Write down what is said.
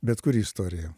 bet kuri istorija